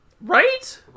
Right